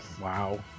Wow